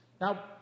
Now